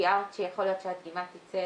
תיארת שיכול להיות שהדגימה תצא